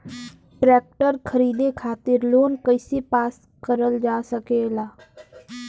Tractor खरीदे खातीर loan कइसे पास करल जा सकेला?